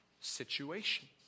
situation